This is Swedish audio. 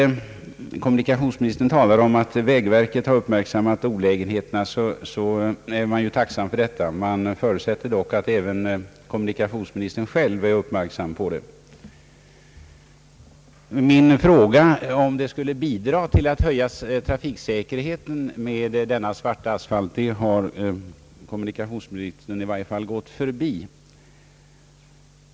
Kommunikationsministern - sade att vägverket har uppmärksammat olägenheterna, och det är man naturligtvis tacksam för. Jag förutsätter dock att även kommunikationsministern själv är uppmärksam på dem. Min fråga, om den svarta asfalten skulle bidra till att höja trafiksäkerheten, har kommunikationsministern i varje fall gått förbi.